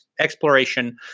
exploration